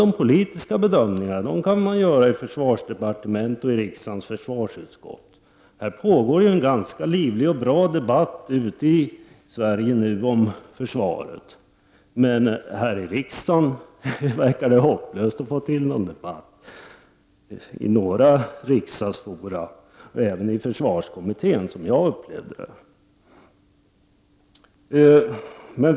De politiska bedömningarna kan man sedan göra i försvarsdepartementet och i riksdagens försvarsutskott. Det pågår ju nu ute i Sverige en ganska livlig och bra debatt om försvaret, men i olika fora här i riksdagen och även i försvarskommittén verkar det vara hopplöst att få till stånd en debatt.